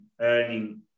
earning